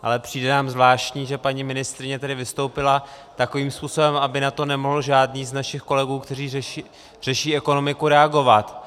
Ale přijde nám zvláštní, že paní ministryně tedy vystoupila takovým způsobem, aby na to nemohl žádný z našich kolegů, kteří řeší ekonomiku, reagovat.